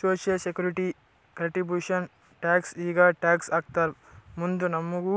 social security contribution tax ಈಗ tax ಹಾಕ್ತಾರ್ ಮುಂದ್ ನಮುಗು